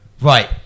right